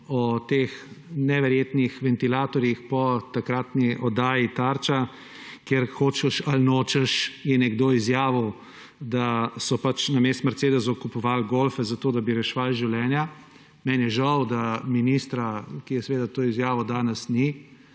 o teh neverjetnih ventilatorjih po takratni oddaji Tarča, kjer hočeš ali nočeš, je nekdo izjavil, da so pač namesto mercedesov kupovali golfe, zato da bi reševali življenja. Meni je žal, da ministra, ki je to izjavil, danes ni.